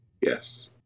Yes